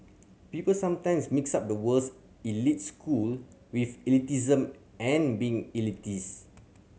people sometimes mix up the words elite school with elitism and being elitist